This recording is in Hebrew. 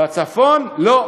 ובצפון לא,